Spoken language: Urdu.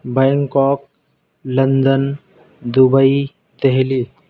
Bangkok London Dubai Delhi